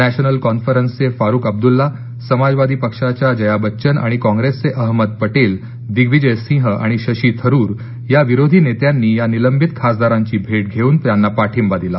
नध्मल कॉन्फरन्सचे फारुख अब्दुल्ला समाजवादी पक्षाच्या जया बच्चन आणि कॉप्रेसचे अहमद पटेल दिग्विजय सिंह आणि शशी थरूर या विरोधी नेत्यांनी या निलंबित खासदारांची भेट घेवून त्यांना पाठिंबा दिला